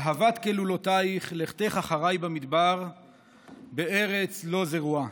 אהבת כלולתיך, לכתך אחרי במדבר בארץ לא זרועה"